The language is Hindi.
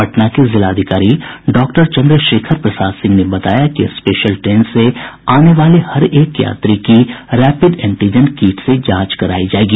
पटना के जिलाधिकारी डॉक्टर चन्द्रशेखर प्रसाद सिंह ने बताया कि स्पेशल ट्रेन से आने वाले हर एक यात्री की रैपिड एंटीजन किट से जांच करायी जायेगी